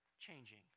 changing